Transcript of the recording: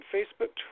Facebook